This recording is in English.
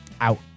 Out